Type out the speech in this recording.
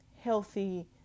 healthy